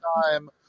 time